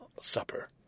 supper